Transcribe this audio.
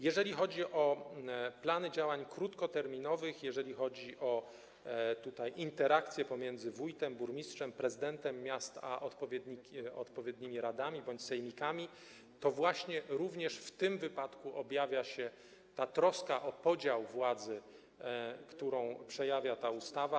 Jeżeli chodzi o plany działań krótkoterminowych, jeżeli chodzi o interakcje pomiędzy wójtem, burmistrzem, prezydentem miasta a odpowiednimi radami bądź sejmikami, to również w tym wypadku objawia się właśnie ta troska o podział władzy, którą przejawia ta ustawa.